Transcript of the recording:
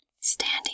standing